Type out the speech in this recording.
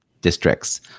districts